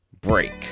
break